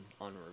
on